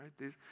right